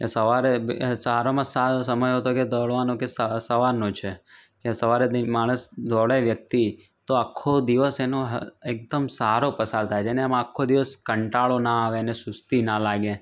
સવારે સારામાં સારો સમય હોય તો કે દોડવાનો કે સ સવારનો છે કે સાવરે ની માણસ દોડે વ્યક્તિ તો આખો દિવસ એનો હ એકદમ સારો પસાર થાય છે ને એમ અ આખો દિવસ કંટાળો ના આવે ને સુસ્તી ના લાગે